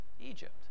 Egypt